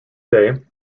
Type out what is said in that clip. day